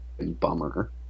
bummer